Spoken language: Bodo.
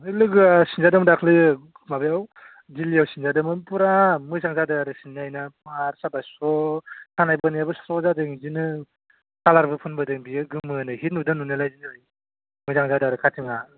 बै लोगोआ सिनजादोंमोन दाख्लैयो माबायाव दिल्लीयाव सिनजादोंमोन फुरा मोजां जादों आरो सिननाया बिना मार साफा स्र' खानाय बोनायाबो स्र' जादों बिदिनो खालारबो फोनबोदों बियो गोमो नो हिट नुदों नुनायालाय मोजां जादों आरो काटिंआ